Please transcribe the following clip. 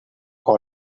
all